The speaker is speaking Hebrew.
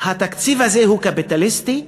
התקציב הזה הוא קפיטליסטי,